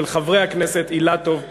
של חברי הכנסת אילטוב ורותם.